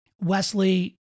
Wesley